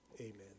amen